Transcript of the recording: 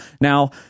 Now